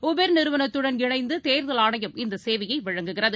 Uber நிறுவனத்துடன் இணைந்துதேர்தல் ஆணையம் இந்தசேவையைவழங்குகிறது